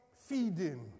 feeding